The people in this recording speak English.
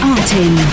Artin